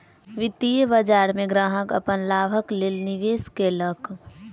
वित्तीय बाजार में ग्राहक अपन लाभक लेल निवेश केलक